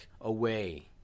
away